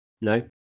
No